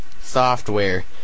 software